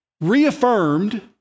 reaffirmed